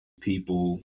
people